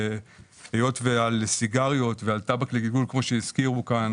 על סיגריות ועל טבק לגלגול כמו שהזכירו כאן